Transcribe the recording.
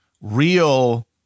real